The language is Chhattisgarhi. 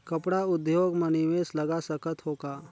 कपड़ा उद्योग म निवेश लगा सकत हो का?